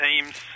teams